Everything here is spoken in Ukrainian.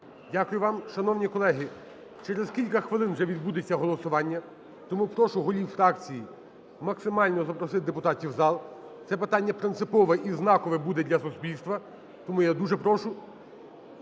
Дякую вам. Шановні колеги, через кілька хвилин вже відбудеться голосування, тому прошу голів фракцій максимально запросити депутатів у зал. Це питання принципове і знакове буде для суспільства. Тому я дуже прошу,